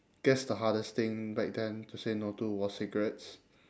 guess the hardest thing back then to say no to was cigarettes